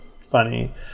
funny